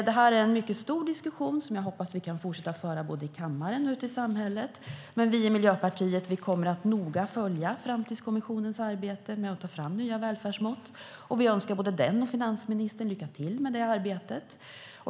Detta är en mycket stor diskussion, som jag hoppas att vi kan fortsätta att föra både i kammaren och ute i samhället. Vi i Miljöpartiet kommer dock att noga följa Framtidskommissionens arbete med att ta fram nya välfärdsmått, och vi önskar både den och finansministern lycka till med det arbetet.